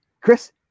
Chris